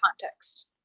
context